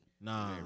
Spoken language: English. Nah